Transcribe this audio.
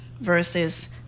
versus